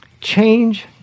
change